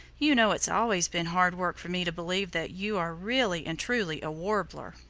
you know it's always been hard work for me to believe that you are really and truly a warbler.